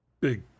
big